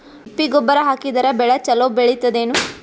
ತಿಪ್ಪಿ ಗೊಬ್ಬರ ಹಾಕಿದರ ಬೆಳ ಚಲೋ ಬೆಳಿತದೇನು?